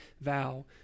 vow